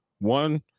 One